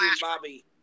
Bobby